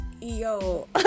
Yo